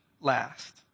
last